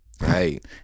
right